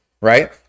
Right